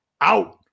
Out